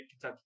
Kentucky